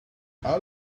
out